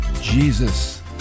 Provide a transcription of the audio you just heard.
Jesus